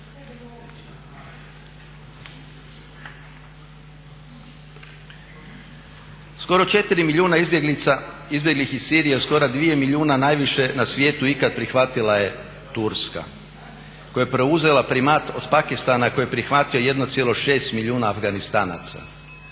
Skoro 4 milijuna izbjeglica izbjeglih iz Sirije, skoro 2 milijuna najviše na svijetu ikad prihvatila je Turska koja je preuzela primat od Pakistana koji je prihvatio 1,6 milijuna Afganistanaca.